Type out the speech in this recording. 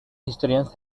historians